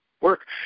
work